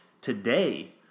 Today